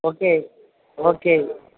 okay okay